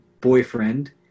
boyfriend